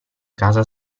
casa